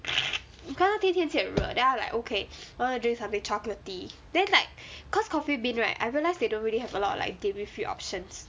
我看那天天气很热 then I was like okay want to drink something chocolatey then like cause Coffee Bean right I realised they don't really have a lot of like dairy free options